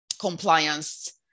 compliance